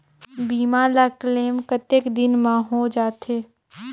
बीमा ला क्लेम कतेक दिन मां हों जाथे?